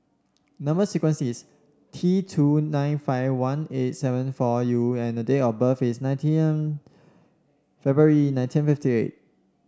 number sequence is T two nine five one eight seven four U and the date of birth is nineteen February nineteen fifty eight